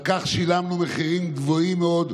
על כך שילמנו מחירים גבוהים מאוד,